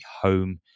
home